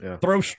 throw